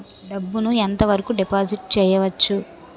డబ్బు ను ఎంత వరకు డిపాజిట్ చేయవచ్చు?